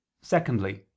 Secondly